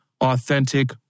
authentic